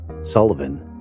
Sullivan